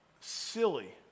silly